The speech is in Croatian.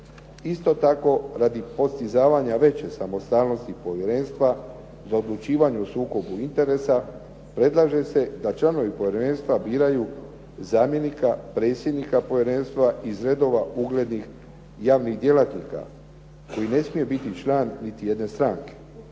Isto tako radi postizavanja veće samostalnosti povjerenstva, za odlučivanje o sukobu interesa, predlaže se da članovi povjerenstva biraju zamjenika, predsjednika povjerenstva iz redova uglednih javnih djelatnika koji ne smije biti član niti jedna stranke,